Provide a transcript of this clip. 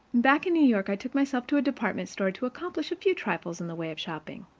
back in new york, i took myself to a department store to accomplish a few trifles in the way of shopping.